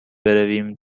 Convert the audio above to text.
برویم